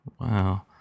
wow